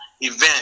event